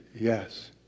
Yes